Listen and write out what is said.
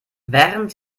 während